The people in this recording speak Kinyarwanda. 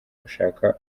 gushaka